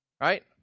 right